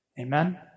Amen